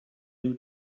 new